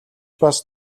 бас